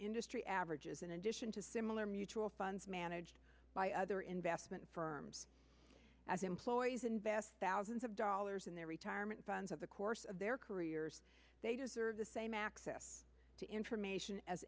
industry averages in addition to similar mutual funds managed by other investment firms as employees invest thousands of dollars in their retirement funds of the course of their careers they deserve the same access to information as